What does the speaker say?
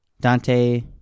Dante